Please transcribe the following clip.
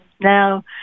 now